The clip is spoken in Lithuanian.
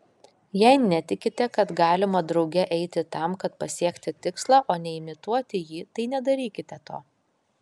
jei netikite kad galima drauge eiti tam kad pasiekti tikslą o ne imituoti jį tai nedarykite to